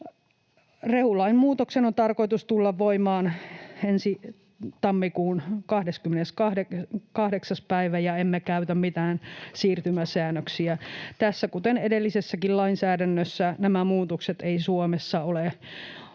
Rehulain muutoksen on tarkoitus tulla voimaan ensi tammikuun 28. päivä, ja emme käytä mitään siirtymäsäännöksiä. Tässä, kuten edellisessäkään lainsäädännössä, nämä muutokset eivät Suomessa ole oikeastaan